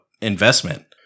investment